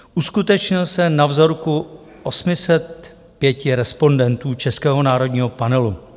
Uskutečnil se na vzorku 805 respondentů českého národního panelu.